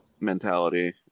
mentality